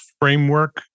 framework